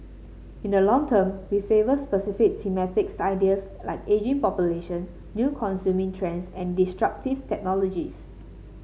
in the long term we favour specific thematic ideas like ageing population new consuming trends and disruptive technologies